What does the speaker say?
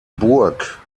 burg